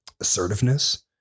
assertiveness